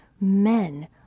men